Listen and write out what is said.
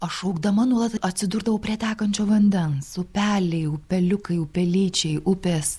aš augdama nuolat atsidurdavau prie tekančio vandens upeliai upeliukai upelyčiai upės